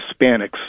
Hispanics